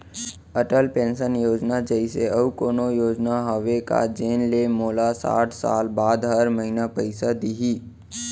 Atal pension Yojana जइसे अऊ कोनो योजना हावे का जेन ले मोला साठ साल बाद हर महीना पइसा दिही?